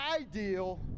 ideal